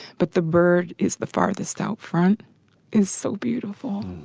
but the bird is the farthest out front is so beautiful.